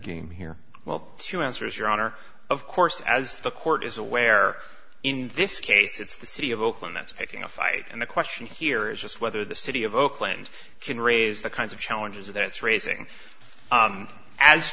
endgame here well two answers your honor of course as the court is aware in this case it's the city of oakland that's picking a fight and the question here is just whether the city of oakland can raise the kinds of challenges that it's raising